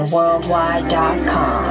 Worldwide.com